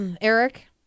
Eric